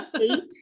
eight